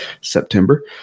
September